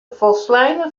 folsleine